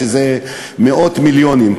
שזה מאות מיליונים,